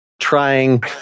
trying